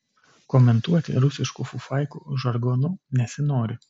komentuoti rusiškų fufaikų žargonu nesinori